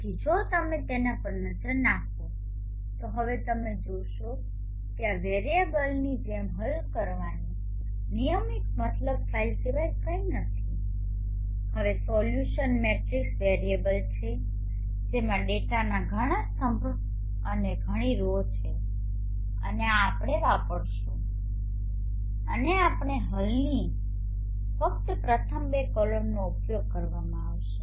તેથી જો તમે તેના પર નજર નાખો તો હવે તમે જોશો કે આ વેરીએબલની જેમ હલ કરવાની નિયમિત MATLAB ફાઇલ સિવાય કંઈ નથી અને સોલ્યુશન મેટ્રિક્સ વેરીએબલ છે જેમાં ડેટાના ઘણા સ્તંભો અને ઘણી રો છે અને આ આપણે વાપરીશું અને આપણે હલની ફક્ત પ્રથમ બે કોલમનો ઉપયોગ કરવામાં આવશે